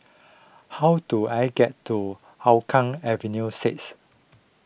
how do I get to Hougang Avenue six